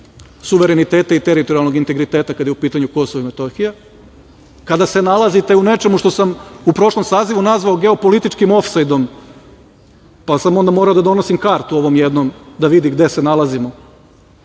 suvereniteta i teritorijalnog integriteta kada je u pitanju Kosovo i Metohija, kada se nalazite u nečemu što sam u prošlom sazivu nazvao geopolitičkim ofsajdom, pa sam onda morao da donosim kartu ovom jednom da vidi gde se nalazimo